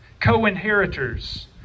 co-inheritors